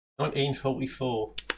1944